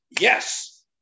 yes